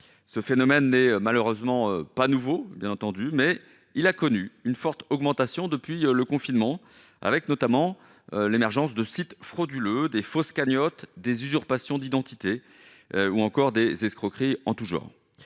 ce phénomène n'est malheureusement pas nouveau, bien entendu, mais il a connu une forte augmentation depuis le confinement avec notamment l'émergence de sites frauduleux des fausse cagnotte des usurpations d'identité ou encore des escroqueries en tous genres,